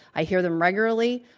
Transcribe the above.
i hear them regularly,